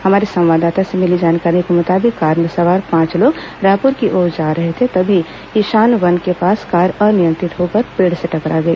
हमारे संवाददाता से मिली जानकारी के मुताबिक कार में सवार पांच लोग रायपुर की ओर जा रहे थे तभी इशानवन के पास कार अनियंत्रित होकर पेड़ से टकरा गई